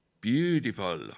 Beautiful